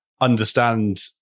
understand